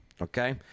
Okay